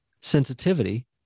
sensitivity